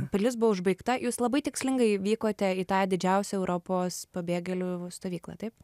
pilis buvo užbaigta jūs labai tikslingai vykote į tą didžiausią europos pabėgėlių stovyklą taip